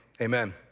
amen